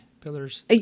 pillars